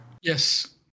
Yes